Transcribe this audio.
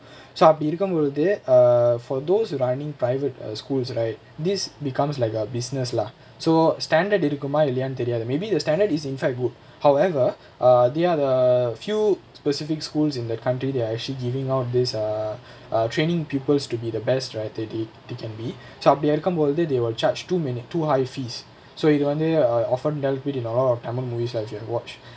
so அப்டி இருக்கும் பொழுது:apdi irukkum poluthu err for those running private schools right this becomes like a business lah so standard இருக்குமா இல்லயான்னு தெரியாது:irukkumaa illaiyaanu theriyaathu maybe the standard is infect would however err they are the few specific schools in that country that are actually giving out this err err training peoples to be the best right thirty eight they can be so அப்டி இருக்கும் போது:apdi irukkum pothu they will charge two minutes two high fees so இது வந்து:ithu vanthu ofentalpedi know tamil moveis lah actually watched